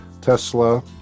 Tesla